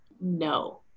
No